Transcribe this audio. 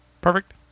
Perfect